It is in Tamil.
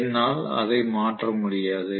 என்னால் அதை மாற்ற முடியாது